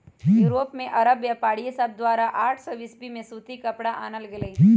Europe में अरब व्यापारिय सभके द्वारा आठ सौ ईसवी में सूती कपरा आनल गेलइ